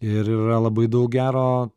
ir yra labai daug gero